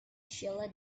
shiela